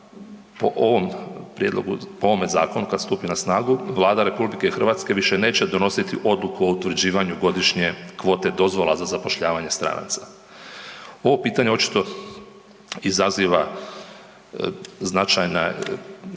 po ovome zakonu kada stupi na snagu Vlada RH više neće donositi odluku o utvrđivanju godišnje kvote dozvola za zapošljavanje stranaca. Ovo pitanje očito izaziva značajne